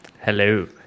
Hello